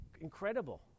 Incredible